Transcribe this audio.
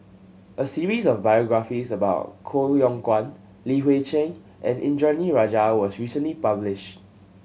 a series of biographies about Koh Yong Guan Li Hui Cheng and Indranee Rajah was recently published